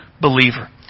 believer